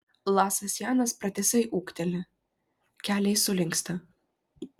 lasas janas pratisai ūkteli keliai sulinksta